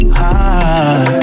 high